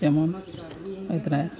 ᱡᱮᱢᱚᱱ ᱚᱱᱠᱟ